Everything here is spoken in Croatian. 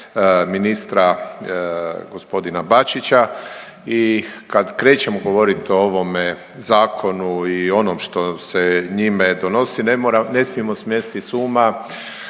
ministra gospodina Bačića i kad krećemo govorit o ovome zakonu i onom što se njime donosi ne mora, ne smijemo smesti s uma